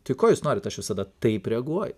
tai ko jūs norit aš visada taip reaguoju